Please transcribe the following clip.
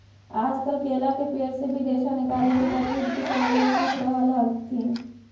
आजकल केला के पेड़ से भी रेशा निकाले के तरकीब किसान लोग सीख रहल हथिन